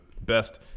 best